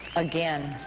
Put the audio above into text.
again.